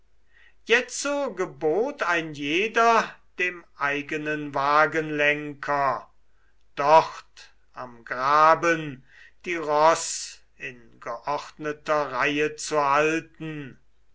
jetzo gebot ein jeder dem eigenen wagenlenker dort am graben die ross in geordneter reihe zu halten